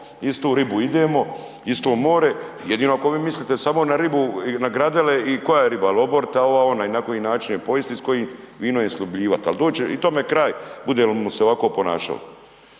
istu ribu jedemo, isto more, jedino ako vi mislite samo na ribu i na gradele i koja je riba jel oborita, ova, ona i na koji način je pojesti i s kojim vinom je sljubljivati ali doći će i tome kraj budemo li se ovako ponašali.